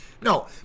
No